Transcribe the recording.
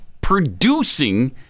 producing